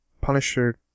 Punisher